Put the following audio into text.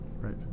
right